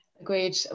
agreed